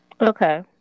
Okay